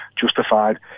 justified